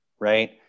right